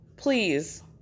Please